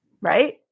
right